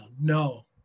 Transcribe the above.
No